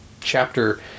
chapter